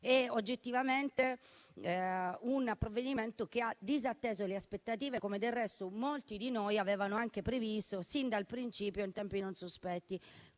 oggettivamente, è un provvedimento che ha disatteso le aspettative, come del resto molti di noi avevano previsto sin dal principio, in tempi non sospetti,